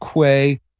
quay